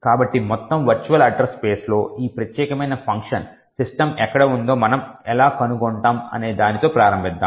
కాబట్టి మొత్తం virtual address space లో ఈ ప్రత్యేకమైన ఫంక్షన్ system ఎక్కడ ఉందో మనము ఎలా కనుగొంటాము అనే దానితో ప్రారంభిద్దాం